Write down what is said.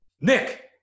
Nick